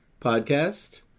podcast